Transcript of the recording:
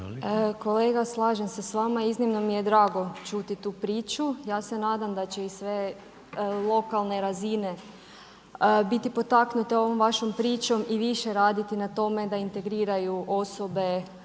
Kolega, slažem se s vama, iznimno mi je drago čuti tu priču. Ja se nadam da će i sve lokalne razine biti potaknute ovom vašom pričom i više raditi na tome da integriraju osobe